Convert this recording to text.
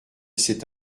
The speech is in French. cet